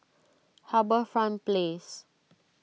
HarbourFront Place